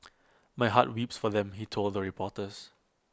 my heart weeps for them he told the reporters